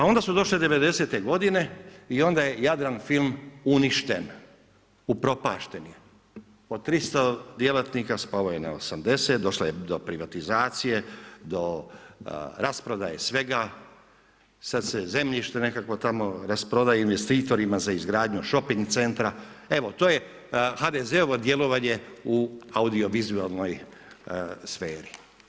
A onda su došle 90. godine i onda je Jadranfilm uništen, upropašten je, od 300 djelatnika spalo je na 80, došlo je do privatizacije, do rasprodaje svega, sad se zemljište nekakvo tamo rasprodaje investitorima za izgradnju shopping centra, evo to je HDZ-ovo djelovanje u audiovizualnoj sferi.